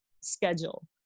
schedule